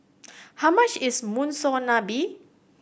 how much is Monsunabe